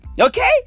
Okay